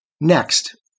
Next